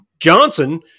Johnson